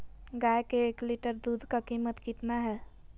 गाय के एक लीटर दूध का कीमत कितना है?